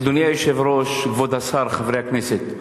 אדוני היושב-ראש, כבוד השר, חברי הכנסת,